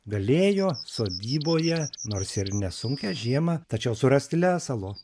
galėjo sodyboje nors ir nesunkią žiemą tačiau surasti lesalo